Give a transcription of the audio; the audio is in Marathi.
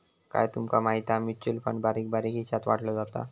काय तूमका माहिती हा? म्युचल फंड बारीक बारीक हिशात वाटलो जाता